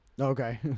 Okay